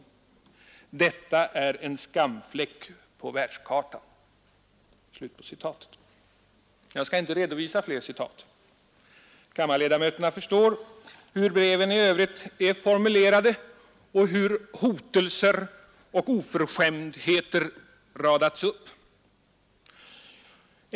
Detta är en skamfläck på världskartan.” Jag skall inte redovisa fler citat. Kammarledamöterna förstår hur breven i övrigt är formulerade och hur hotelser och oförskämdheter radats upp.